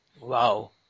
wow